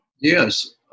Yes